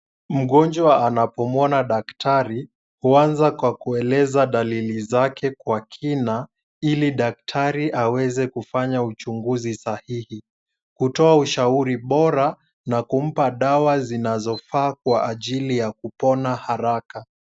Mgonjwa anapomwona daktari huanza kwa kueleza dalili zake kwa kina ili daktari aweze kufanya uchunguzi sahihi, kutoa ushauri bora na kumpa dawa zinazofaa kwa ajili ya kupona haraka.